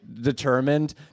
determined